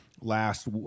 Last